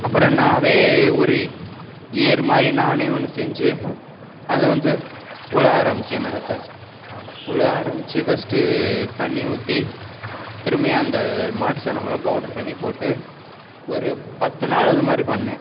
அப்புறம் நாவே ஒரு ஏர் மாதிரி நானே ஒன்று செஞ்சு அதை வந்து உழ ஆரமிச்சேன் நிலத்த உழ ஆரமிச்சு ஃபர்ஸ்ட்டு தண்ணி ஊற்றி திரும்பியும் அந்த மாட்டு சாணம் வழ் பவுட்ரு பண்ணி போட்டு ஒரு பத்து நாள் அது மாரி பண்ணேன்